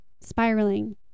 spiraling